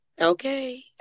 okay